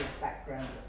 background